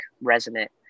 resonant